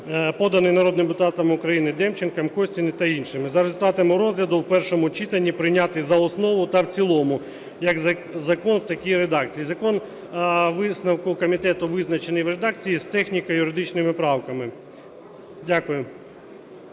поданий народними депутатами України Демченком, Костіним та іншими, за результатами розгляду в першому читанні прийняти за основу та в цілому як закон в такій редакції. Висновок комітету визначений в редакції з техніко-юридичними правками. Дякую.